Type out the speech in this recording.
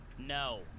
No